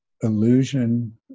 illusion